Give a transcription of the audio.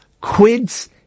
quids